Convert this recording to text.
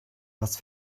was